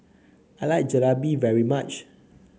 I like Jalebi very much